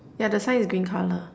ya the sign is green colour